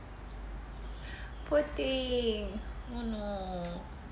poor thing oh no